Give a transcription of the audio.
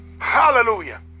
Hallelujah